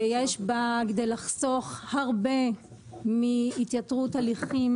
שיש בו כדי לחסוך הרבה מהתייתרות ההליכים.